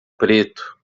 preto